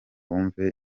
wumve